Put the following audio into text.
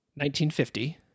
1950